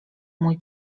mój